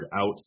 out